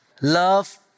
Love